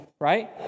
right